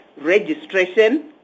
Registration